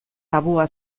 tabua